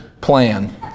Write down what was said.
plan